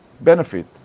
benefit